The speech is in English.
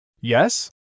Yes